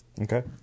Okay